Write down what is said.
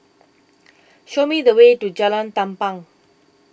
show me the way to Jalan Tampang